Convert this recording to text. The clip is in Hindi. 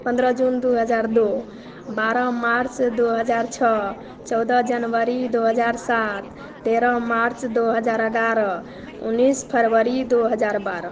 पन्द्रह जून दो हजार दो बारह मार्च दो हजार छः चौदह जनवरी दो हजार सात तेरह मार्च दो हजार ग्यारह उन्नीस फरबरी दो हजार बारह